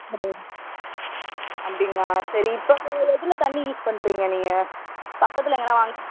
madam அப்படிங்களா சரி இப்போது எதில் தண்ணி யூஸ் பண்ணுறீங்க நீங்கள் பக்கத்தில் எங்கனா வாங்கி